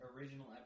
original